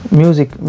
music